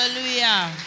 Hallelujah